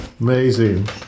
amazing